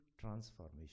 transformation